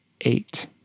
eight